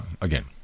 again